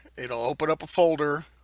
it'll open up a folder,